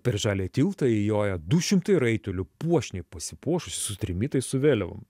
per žalią tiltą įjoja du šimtai raitelių puošniai pasipuošusi su trimitais su vėliavom